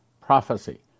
PROPHECY